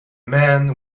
men